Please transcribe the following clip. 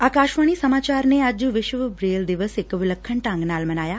ਆਕਾਸ਼ਵਾਣੀ ਸਮਾਚਾਰ ਨੇ ਅੱਜ ਵਿਸ਼ਵ ਬੇੂਲ ਦਿਵਸ ਇਕ ਵਿਲੱਖਣ ਢੰਗ ਨਾਲ ਮਨਾਇਆ